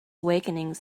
awakenings